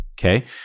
okay